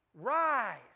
rise